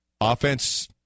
Offense